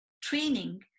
training